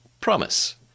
Promise